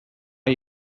are